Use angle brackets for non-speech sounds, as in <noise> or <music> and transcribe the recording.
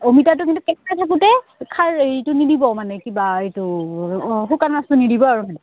অমিতাটো কিন্তু <unintelligible> থাকোতে <unintelligible> এইটো নিদিব মানে কিবা এইটো শুকান মাছটো নিদিব আৰু